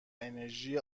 انرژی